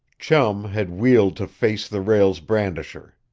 chum had wheeled to face the rail's brandisher.